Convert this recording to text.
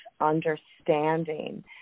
understanding